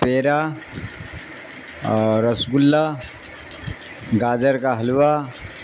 پیرا اور رس گلہ گاجر کا حلوہ